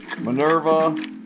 Minerva